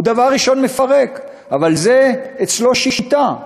הוא דבר ראשון מפרק, אבל זה אצלו שיטה.